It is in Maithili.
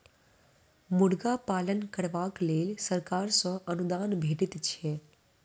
मुर्गा पालन करबाक लेल सरकार सॅ अनुदान भेटैत छै